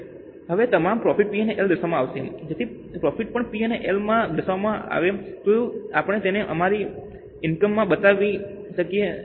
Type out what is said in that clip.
હવે તમામ profit P અને L માં દર્શાવવામાં આવ્યા છે જેથી પ્રોફિટ પણ P અને L માં દર્શાવવામાં આવે શું આપણે તેને અમારી ઇનકમ માં બતાવી શકીએ